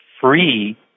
free